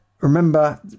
remember